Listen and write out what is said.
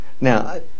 Now